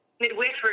midwifery